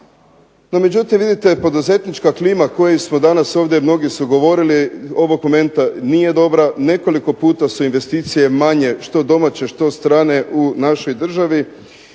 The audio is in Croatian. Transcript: No međutim vidite, poduzetnička klima koji smo danas ovdje, mnogi su govorili, ovog momenta nije dobra, nekoliko puta su investicije manje što domaće, što strane u našoj državi